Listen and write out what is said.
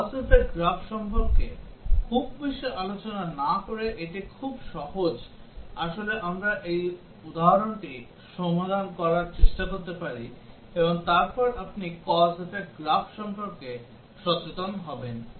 Cause effect graph সম্পর্কে খুব বেশি আলোচনা না করে এটি খুব সহজ আমরা আসলে এই উদাহরণটি সমাধান করার চেষ্টা করতে পারি এবং তারপর আপনি cause effect গ্রাফ সম্পর্কে সচেতন হবেন